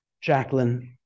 Jacqueline